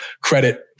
credit